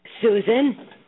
Susan